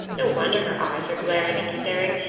no wonder her eyes are glaring and staring.